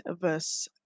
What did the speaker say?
verse